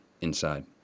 inside